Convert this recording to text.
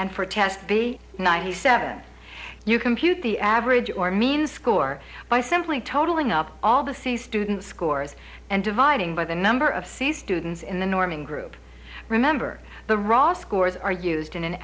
and for test the ninety seven you compute the average or mean score by simply totalling up all the c student scores and dividing by the number of c students in the norming group remember the raw scores are used in an